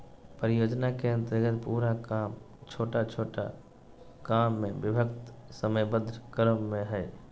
परियोजना के अन्तर्गत पूरा काम छोटा छोटा काम में विभक्त समयबद्ध क्रम में हइ